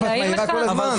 את מעירה כל הזמן.